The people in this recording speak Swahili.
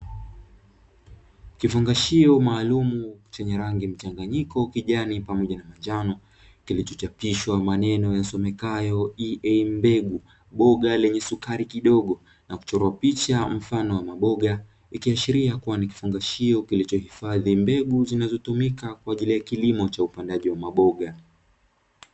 Kifungashio maalumu chenye rangi mchanganyiko kijani pamoja na njano kilichochapishwa maneno yasomekayo E.A mbegu boga lenye sukari kidogo na kuchorwa picha mfano wa mboga, ikiashiria kuwafungashio kilichohifadhi mbegu zinazotumika kwa ajili ya kilimo cha upandaji wa maboga.